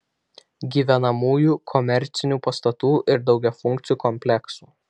gyvenamųjų komercinių pastatų ir daugiafunkcių kompleksų